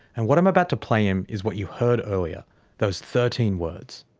and what i'm about to play him is what you heard earlier those thirteen words.